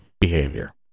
behavior